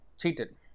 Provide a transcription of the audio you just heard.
cheated